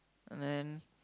and then